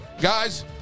Guys